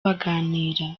baganira